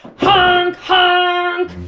honk honk!